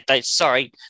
sorry